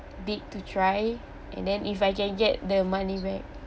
big to try and then if I can get the money back